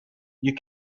you